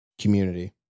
community